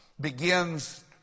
begins